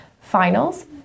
finals